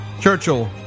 Churchill